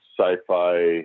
sci-fi